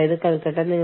വലിയ കാര്യം